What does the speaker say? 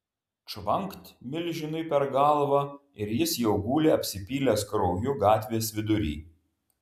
čvankt milžinui per galvą ir jis jau guli apsipylęs krauju gatvės vidury